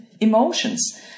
emotions